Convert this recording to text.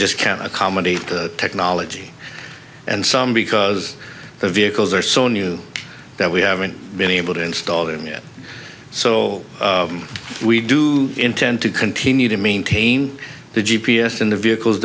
just can't accommodate technology and some because the vehicles are so new that we haven't been able to install them yet so we do intend to continue to maintain the g p s in the vehicles